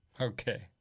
Okay